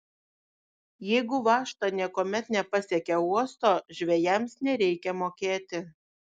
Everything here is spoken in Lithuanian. jeigu važta niekuomet nepasiekia uosto žvejams nereikia mokėti